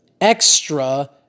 extra